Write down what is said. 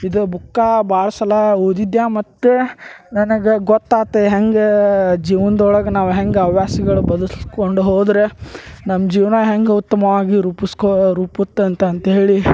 ಇದು ಬುಕ್ಕಾ ಭಾಳ ಸಲ ಓದಿದ್ಯಾ ಮತ್ತು ನನಗೆ ಗೊತ್ತಾತು ಹೆಂಗೆ ಜೀವನ್ದೊಳಗೆ ನಾವು ಹೆಂಗೆ ಹವ್ಯಾಸಗಳು ಬದಲ್ಸ್ಕೊಂಡು ಹೋದರೆ ನಮ್ಮ ಜೀವನ ಹೆಂಗೆ ಉತ್ತಮವಾಗಿ ರೂಪಿಸ್ಕೋ ರೂಪುಗೊಳ್ಳುತ್ತಂತ್ಹೇಳಿ